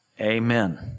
Amen